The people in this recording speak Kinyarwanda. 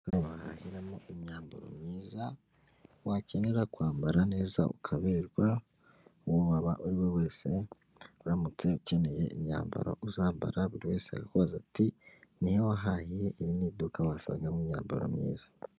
Iduka wahahiramo imyambaro myiza wakenera kwambara neza ukaberwa, uwo waba uri we wese uramutse ukeneye imyambaro uzambara buri wese akakubaza ati, nihe wahahiye? iri ni iduka wasangamo imyambaro myiza.